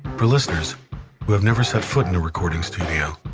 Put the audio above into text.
for listeners who have never set foot in a recording studio,